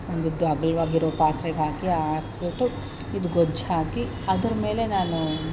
ಒಂದು ಉದ್ದ ಅಗಲವಾಗಿರೋ ಪಾತ್ರೆಗೆ ಹಾಕಿ ಆರಿಸ್ಬಿಟ್ಟು ಇದು ಗೊಜ್ಜು ಹಾಕಿ ಅದರ ಮೇಲೆ ನಾನೂ